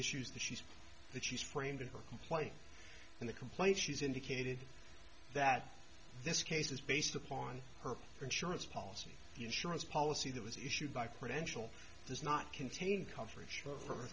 issues that she's that she's framed in her complaint and the complaint she's indicated that this case is based upon her insurance policy insurance policy that was issued by credential does not contain coverage for